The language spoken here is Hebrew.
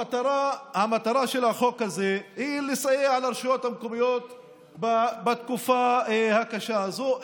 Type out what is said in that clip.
המטרה של החוק הזה היא לסייע לרשויות המקומיות בתקופה הקשה הזו.